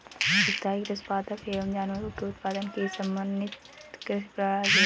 स्थाईं कृषि पादप एवं जानवरों के उत्पादन की समन्वित कृषि प्रणाली है